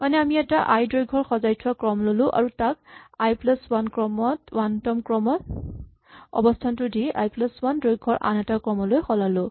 মানে আমি এটা আই দৈৰ্ঘ্যৰ সজাই থোৱা ক্ৰম ল'লো আৰু তাক আই প্লাচ ৱান তম অৱস্হানটো দি আই প্লাচ ৱান দৈৰ্ঘ্যৰ আন এটা ক্ৰমলৈ সলালো